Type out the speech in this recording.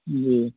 جی